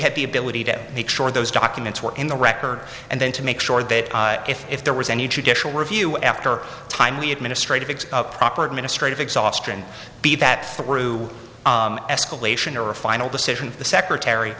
had the ability to make sure those documents were in the record and then to make sure that if there was any judicial review after timely administrative it's a proper administrative exhaustion be that through escalation or a final decision the secretary